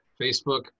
Facebook